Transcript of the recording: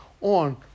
on